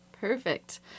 Perfect